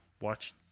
watch